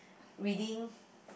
reading